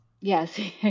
Yes